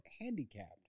handicapped